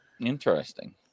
interesting